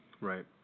Right